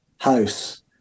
house